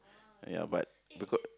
ya but